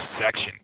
section